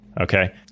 Okay